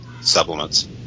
supplements